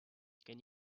can